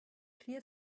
clear